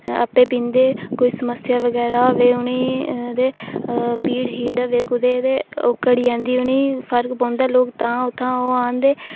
आपै पींदे कोई समस्या बगैरा होवे उ'नेंई ते पीड़ शीड़ होए उ'नेंई एदे ते ओह् घटी जंदी उ'नेंई ते फर्क पौंदा लोक तां उत्थै ओह् आंदे अदे